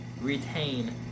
retain